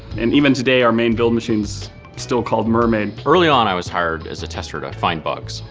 and even today, our main build machine's still called mermaid. early on, i was hired as a tester to find bugs.